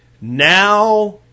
Now